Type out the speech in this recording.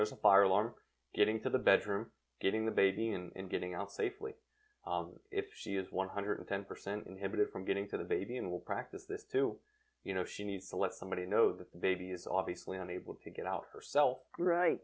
there's a fire alarm getting to the bedroom getting the baby and getting out they flee if she is one hundred ten percent inhibited from getting to the baby and will practice it too you know she needs to let somebody know the baby is obviously unable to get out herself right